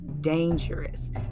dangerous